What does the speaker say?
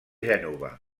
gènova